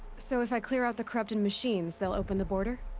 so if i clear out the corrupted machines, they'll open the border?